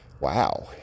wow